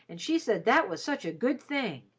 and she said that was such a good thing,